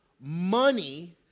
money